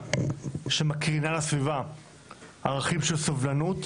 שמקרינה לסביבה ערכים של סובלנות,